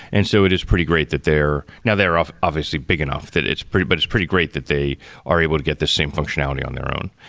and so it is pretty great that they're now they're off obviously big enough that it's pretty but it's pretty great that they are able to get the same functionality on their own.